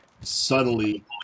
subtly